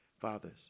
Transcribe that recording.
Fathers